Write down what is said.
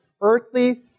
earthly